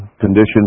conditions